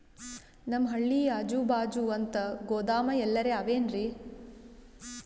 ನಮ್ ಹಳ್ಳಿ ಅಜುಬಾಜು ಅಂತ ಗೋದಾಮ ಎಲ್ಲರೆ ಅವೇನ್ರಿ?